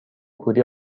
کوری